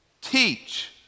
teach